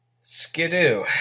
Skidoo